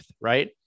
right